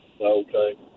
Okay